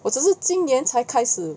我只是今年才开始